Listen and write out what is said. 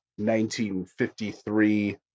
1953